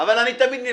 כבר שנתיים,